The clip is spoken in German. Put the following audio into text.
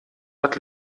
hat